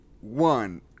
one